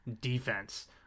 defense